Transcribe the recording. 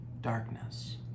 darkness